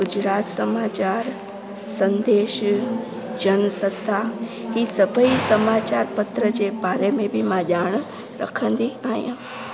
गुजरात समाचारु संदेश जन सदा इहे सभई समाचार पत्र जे बारे में बि मां ॼाण रखंदी आहियां